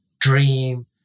dream